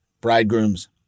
bridegrooms